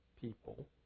people